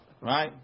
Right